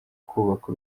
kubaka